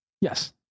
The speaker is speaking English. Yes